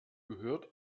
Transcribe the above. gehört